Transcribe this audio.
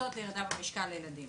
קבוצות לירידה במשקל עבור ילדים,